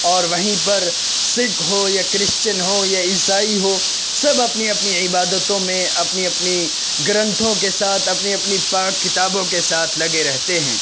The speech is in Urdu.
اور وہیں پر سکھ ہو یا کرسچن ہو یا عیسائی ہو سب اپنی اپنی عبادتوں میں اپنی اپنی گرنتھوں کے ساتھ اپنی اپنی پاک کتابوں کے ساتھ لگے رہتے ہیں